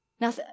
Now